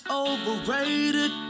overrated